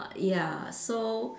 ya so